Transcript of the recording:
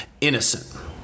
innocent